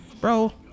bro